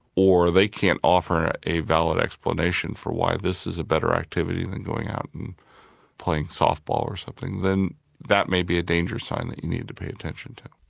or if they can't offer a valid explanation for why this is a better activity then going out and playing softball or something, then that may be a danger sign that you need to pay attention to.